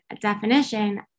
definition